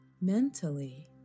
mentally